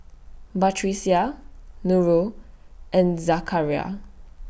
Batrisya Nurul and Zakaria